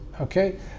okay